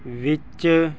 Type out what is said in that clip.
ਵਿੱਚ